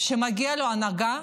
שמגיעה לו הנהגה